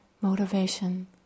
motivation